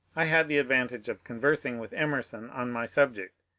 i had the advantage of conversing with emerson on my subject,